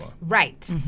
Right